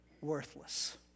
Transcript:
worthless